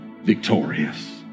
victorious